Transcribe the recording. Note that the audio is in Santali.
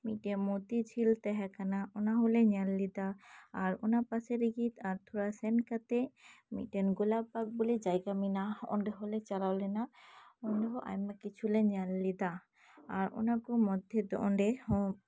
ᱢᱤᱫᱴᱮᱱ ᱢᱚᱛᱤᱡᱷᱤᱞ ᱛᱟᱦᱮᱸ ᱠᱟᱱᱟ ᱚᱱᱟ ᱦᱚᱸᱞᱮ ᱧᱮᱞ ᱞᱮᱫᱟ ᱟᱨ ᱚᱱᱟ ᱯᱟᱥᱮ ᱨᱮᱜᱮ ᱟᱨ ᱛᱷᱚᱲᱟ ᱥᱮᱱ ᱠᱟᱛᱮᱫ ᱢᱤᱫ ᱴᱮᱱ ᱜᱳᱞᱟᱯᱵᱟᱜᱽ ᱵᱚᱞᱮ ᱡᱟᱭᱜᱟ ᱢᱮᱱᱟᱜᱼᱟ ᱚᱸᱰᱮ ᱦᱚᱸᱞᱮ ᱪᱟᱞᱟᱣ ᱞᱮᱱᱟ ᱚᱸᱰᱮ ᱦᱚᱸ ᱟᱭᱢᱟ ᱠᱤᱪᱷᱩᱞᱮ ᱧᱮᱞ ᱞᱮᱫᱟ ᱟᱨ ᱚᱱᱟ ᱠᱚ ᱢᱚᱫᱽᱫᱷᱮ ᱫᱚ ᱚᱸᱰᱮ ᱦᱚᱸ